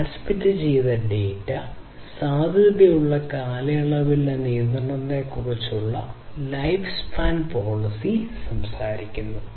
transmit ചെയ്ത data സാധുതയുള്ള കാലയളവിലെ നിയന്ത്രണത്തെക്കുറിച്ച് ലൈഫ്സ്പാൻ പോളിസി സംസാരിക്കുന്നു